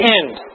end